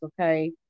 okay